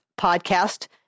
podcast